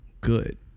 good